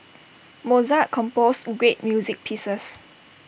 Mozart composed great music pieces